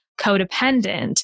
codependent